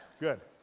good.